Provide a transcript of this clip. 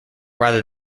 rather